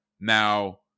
Now